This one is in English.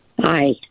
Hi